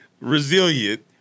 resilient